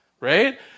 right